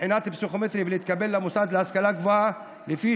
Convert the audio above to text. בחינה פסיכומטרית ולהתקבל למוסד להשכלה גבוהה לפי